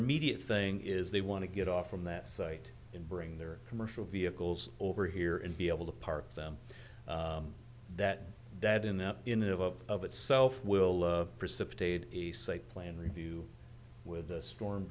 immediate thing is they want to get off from that site in bring their commercial vehicles over here and be able to park them that dad in the in of of of itself will precipitate a site plan review with this storm